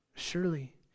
surely